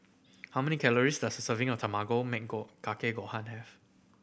how many calories does a serving of Tamago Kake Gohan have